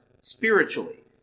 spiritually